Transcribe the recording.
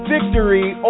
Victory